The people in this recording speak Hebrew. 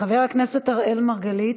חבר הכנסת אראל מרגלית,